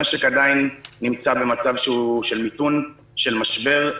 המשק עדיין נמצא במצב של מיתון, של משבר.